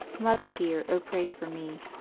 mother dear, oh, pray for me